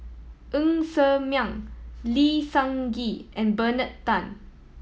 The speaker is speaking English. Ng Ser Miang Lee Seng Gee and Bernard Tan